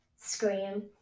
scream